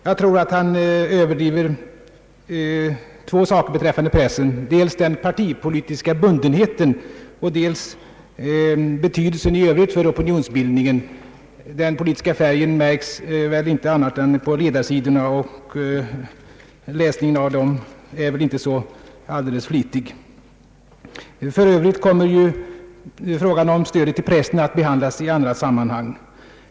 : Jag tror att han överdriver två företeelser när det gäller pressen, nämligen dels "den partipolitiska bundenheten, dels betydelsen i övrigt för opinionsbildningen. Den politiska färgen märks inte annat än på ledarsidorna, och de läses väl inte särskilt flitigt. För övrigt kommer frågan om stödet till pressen att behandlas i andra sammanhang.